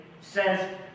says